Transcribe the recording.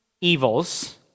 evils